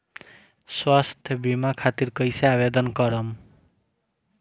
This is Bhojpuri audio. स्वास्थ्य बीमा खातिर कईसे आवेदन करम?